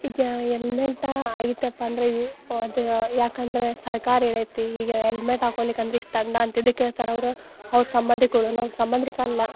ಈಗ ಹೆಲ್ಮೆಟ ಐತಪ್ಪ ಅಂದರೆ ಯು ಅದು ಯಾಕಂದ್ರೆ ಸರ್ಕಾರ ಹೇಳೇತಿ ಈಗ ಎಲ್ಮೆಟ್ ಹಾಕ್ಕೊಳ್ಳಿಕ್ಕೆ ಅಂದರೆ ಇಷ್ಟು ದಂಡ ಅಂತ ಇದಕ್ಕೆ ಹೇಳ್ತಾರೆ ಅವ್ರು ಅವ್ರು ಸಂಬಂಧಗಳ್ ನಾವು ಸಂಬಂಧಿಕ್ರೆಲ್ಲ